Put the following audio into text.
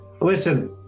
listen